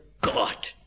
God